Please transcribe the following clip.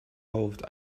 involved